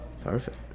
Perfect